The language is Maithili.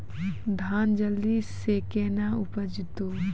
धान जल्दी से के ना उपज तो?